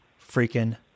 freaking